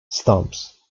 stumps